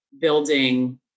building